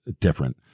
different